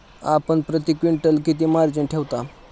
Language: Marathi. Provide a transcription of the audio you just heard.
आपण प्रती क्विंटल किती मार्जिन ठेवता?